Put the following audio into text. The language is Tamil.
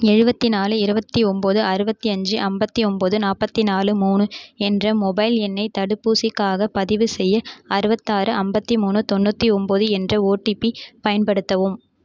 எழுபத்தினாலு இருபத்தி ஒம்பது அறுபத்தி அஞ்சு ஐம்பத்தி ஒம்பது நாற்பத்தி நாலு மூணு என்ற மொபைல் எண்ணை தடுப்பூசிக்காகப் பதிவுசெய்ய அறுபத்தாறு ஐம்பத்தி மூணு தொண்ணூற்றி ஒம்பது என்ற ஓடிபி பயன்படுத்தவும்